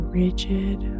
rigid